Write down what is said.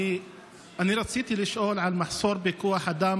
אני רציתי לשאול על מחסור בכוח אדם